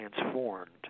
transformed